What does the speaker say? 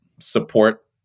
support